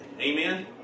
Amen